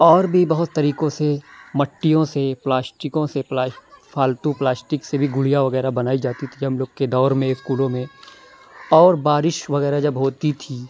اور بھی بہت طریقوں سے مٹیوں سے پلاسٹکوں سے فالتو فلاسٹک سے بھی گُڑیا وغیرہ بنائی جاتی تھی جب ہم لوگ کے دور میں اسکولوں میں اور بارش وغیرہ جب ہوتی تھی